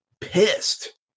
pissed